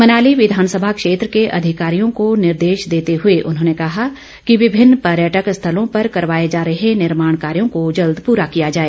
मनाली विधानसभा क्षेत्र के अधिकारियों को निर्देश देते हुए उन्होंने कहा कि विभिन्न पर्यटक स्थलों पर करवाए जा रहे निर्माण कार्यों को जल्द पूरा किया जाए